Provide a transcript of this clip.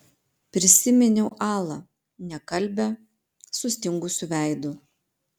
prisiminiau alą nekalbią sustingusiu veidu